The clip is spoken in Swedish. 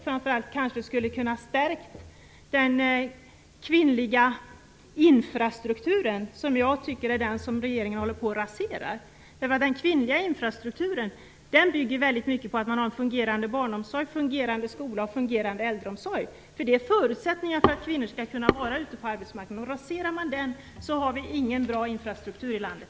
Framför allt hade de kanske kunnat stärka den kvinnliga infrastrukturen, som jag tycker att regeringen håller på att rasera. Den kvinnliga infrastrukturen bygger i väldigt hög grad på en fungerande barnomsorg, fungerande skola och fungerande äldreomsorg. Detta är förutsättningar för att kvinnor skall kunna vara ute på arbetsmarknaden. Raserar man detta har vi ingen bra infrastruktur i landet.